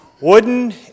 Wooden